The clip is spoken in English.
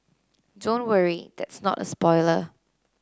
don't worry that's not a spoiler